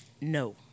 No